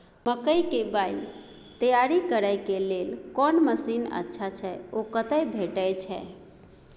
मकई के बाईल तैयारी करे के लेल कोन मसीन अच्छा छै ओ कतय भेटय छै